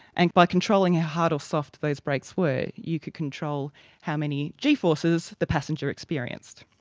and by controlling how hard or soft those brakes were, you could control how many g forces the passenger experienced.